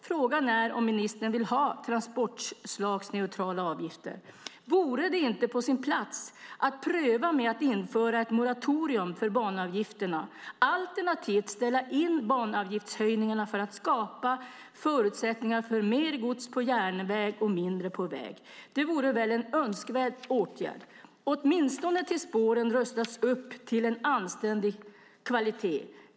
Frågan är om ministern vill ha transportslagsneutrala avgifter. Vore det inte på sin plats att pröva med att införa ett moratorium för banavgifterna, alternativt att ställa in banavgiftshöjningarna för att skapa förutsättningar för mer gods på järnväg och mindre på väg? Det vore väl en önskvärd åtgärd, åtminstone tills spåren rustats upp till en anständig kvalitet?